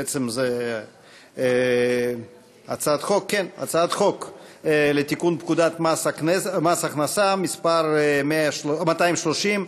בעצם זאת הצעת חוק לתיקון פקודת מס הכנסה (מס' 230),